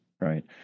right